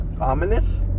ominous